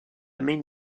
main